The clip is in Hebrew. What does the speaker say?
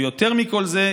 ויותר מכל זה,